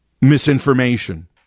misinformation